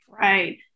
Right